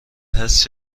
هست